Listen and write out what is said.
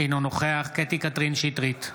אינו נוכח קטי קטרין שטרית,